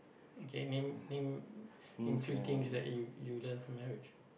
okay name name name three things that you you learnt from marriage